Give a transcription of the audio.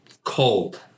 cold